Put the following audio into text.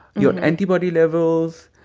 your antibody levels,